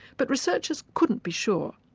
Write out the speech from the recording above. but researchers couldn't be sure,